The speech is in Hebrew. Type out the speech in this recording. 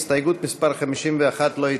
הסתייגות מס' 51 לא התקבלה.